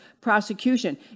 prosecution